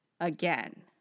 again